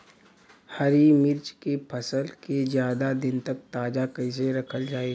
हरि मिर्च के फसल के ज्यादा दिन तक ताजा कइसे रखल जाई?